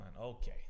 Okay